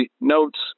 notes